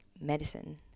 medicine